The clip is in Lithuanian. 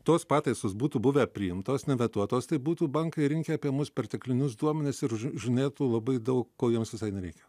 tos pataisos būtų buvę priimtos ne vetuotos tai būtų bankai rinkę apie mus perteklinius duomenis ir žinai tu labai daug jiems visai nereikia